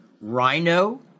rhino